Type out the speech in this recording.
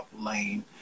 lane